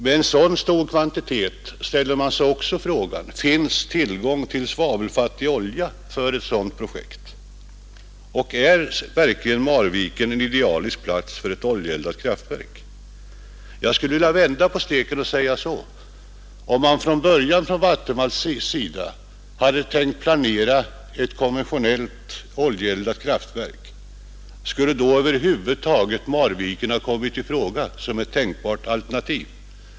Med tanke på de stora kvantiteterna ställer man sig också frågan: Finns tillgång till svavelfattig olja för ett sådant projekt och är verkligen Marviken en idealisk plats för ett oljeeldat kraftverk? Och jag skulle vilja vända på steken och säga så: Om man från början från Vattenfalls sida hade ämnat planera ett konventionellt oljeeldat kraftverk, skulle då över huvud taget Marviken ha kommit i fråga som ett tänkbart alternativ?